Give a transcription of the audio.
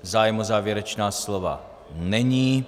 Zájem o závěrečná slova není.